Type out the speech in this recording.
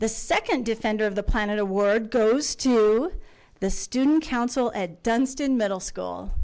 the second defender of the planet a word goes to the student council at dunstan middle school